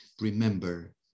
Remember